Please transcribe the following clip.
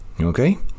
okay